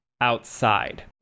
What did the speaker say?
outside